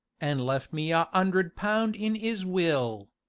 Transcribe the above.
an' left me a undred pound in is will.